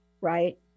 right